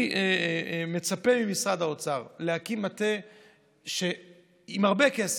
אני מצפה ממשרד האוצר להקים מטה עם הרבה כסף,